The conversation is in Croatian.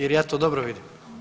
Jel' ja to dobro vidim?